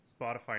Spotify